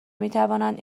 میتوانند